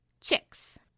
CHICKS